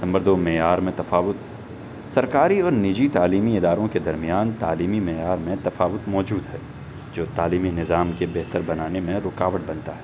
number دو معیار میں تفاوت سرکاری اور نجی تعلیمی اداروں کے درمیان تعلیمی معیار میں تفاوت موجود ہے جو تعلیمی نظام کے بہتر بنانے میں رکاوٹ بنتا ہے